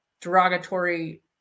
derogatory